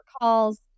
calls